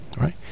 right